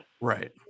Right